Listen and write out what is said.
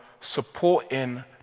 supporting